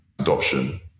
adoption